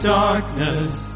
darkness